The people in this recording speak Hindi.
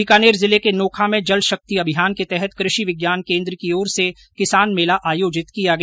बीकानेर जिले के नोखा में जल शक्ति अभियान के तहत कृषि विज्ञान केन्द्र की ओर से किसान मेला आयोजित किया गया